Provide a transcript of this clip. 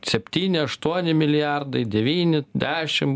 septyni aštuoni milijardai devyni dešim